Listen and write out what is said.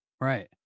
Right